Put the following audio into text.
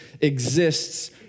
exists